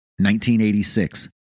1986